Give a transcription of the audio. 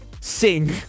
sing